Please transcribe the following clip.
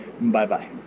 Bye-bye